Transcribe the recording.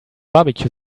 barbecue